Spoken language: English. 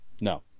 no